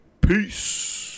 peace